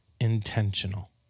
intentional